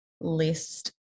List